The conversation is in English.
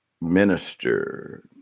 minister